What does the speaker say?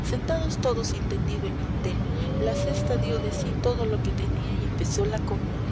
sentados todos y tendido el mantel la cesta dio de sí todo lo que tenía y empezó la comida